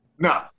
No